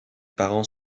parents